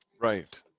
Right